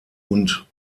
und